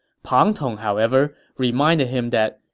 pang tong, however, reminded him that,